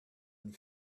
and